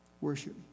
worship